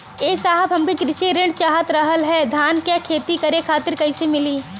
ए साहब हमके कृषि ऋण चाहत रहल ह धान क खेती करे खातिर कईसे मीली?